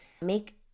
make